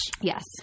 Yes